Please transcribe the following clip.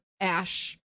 ash